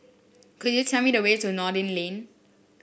could you tell me the way to Noordin Lane